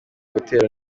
gutera